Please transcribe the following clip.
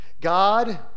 God